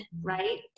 Right